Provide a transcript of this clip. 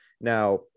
Now